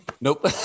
Nope